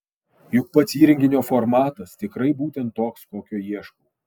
juk pats įrenginio formatas tikrai būtent toks kokio ieškau